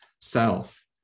Self